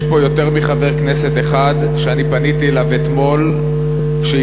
יש פה יותר מחבר כנסת אחד שאני פניתי אליו אתמול שיבדוק